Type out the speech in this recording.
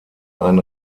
ein